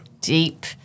deep